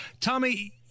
Tommy